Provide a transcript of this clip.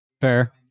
Fair